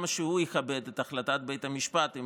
למה שהוא יכבד את החלטת בית המשפט אם